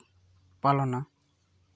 ᱯᱟᱞᱚᱱᱟ